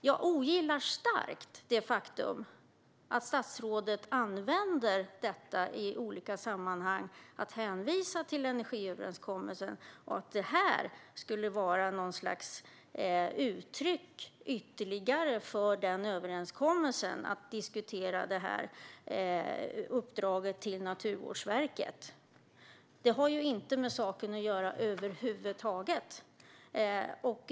Jag ogillar starkt det faktum att statsrådet använder detta i olika sammanhang - att hänvisa till energiöverenskommelsen och att en diskussion om uppdraget till Naturvårdsverket skulle vara något slags ytterligare uttryck för den överenskommelsen. Det har ju inte med saken att göra över huvud taget.